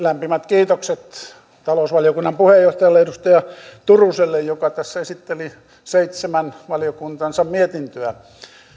lämpimät kiitokset talousvaliokunnan puheenjohtajalle edustaja turuselle joka tässä esitteli seitsemän valiokuntansa mietintöä